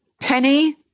Penny